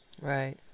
Right